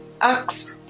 Acts